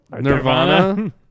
Nirvana